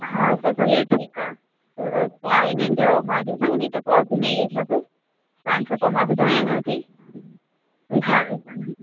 हा त भले ठीकु आहे त तव्हां हिननि जो मां ॾिसां थी त पोइ अघि में इहो सभु तव्हांखे पोइ मां ॿुधाया थी हा ॾिसंदमि